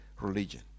religion